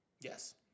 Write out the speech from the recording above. Yes